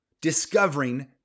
Discovering